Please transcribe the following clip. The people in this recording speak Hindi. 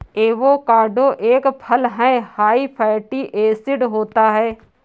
एवोकाडो एक फल हैं हाई फैटी एसिड होता है